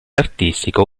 artistico